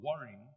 worrying